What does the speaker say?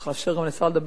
בסדר, צריך לאפשר לשר לדבר.